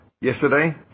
Yesterday